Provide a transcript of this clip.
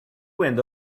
went